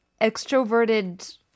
extroverted